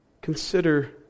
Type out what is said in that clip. Consider